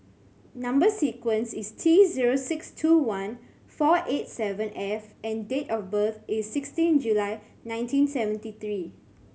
number sequence is T zero six two one four eight seven F and date of birth is sixteen July nineteen seventy three